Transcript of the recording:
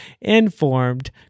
informed